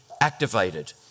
activated